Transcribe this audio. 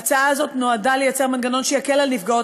ההצעה הזו נועדה לייצר מנגנון שיקל על נפגעות